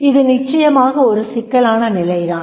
இது நிச்சயமாக ஒரு சிக்கலான நிலை தான்